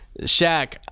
Shaq